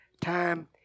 time